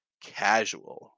casual